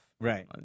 Right